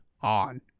on